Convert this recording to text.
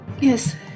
Yes